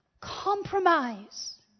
compromise